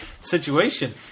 situation